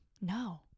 No